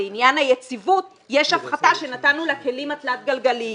לעניין היציבות יש הפחתה שנתנו לכלים התלת גלגליים,